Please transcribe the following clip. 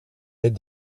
est